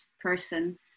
person